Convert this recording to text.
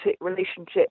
relationship